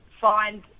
find